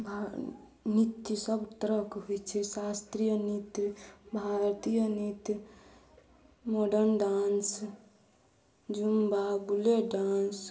नृत्य सभ तरहक होइ छै शास्त्रीय नृत्य भारतीय नृत्य मॉडर्न डांस झुम्बा बुले डांस